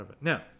Now